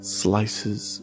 slices